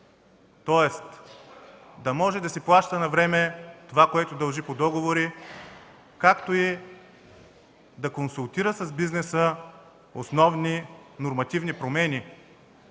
тоест да може да си плаща навреме това, което дължи по договори, както и да консултира с бизнеса основни нормативни промени.